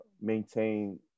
maintain